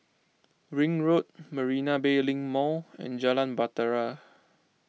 Ring Road Marina Bay Link Mall and Jalan Bahtera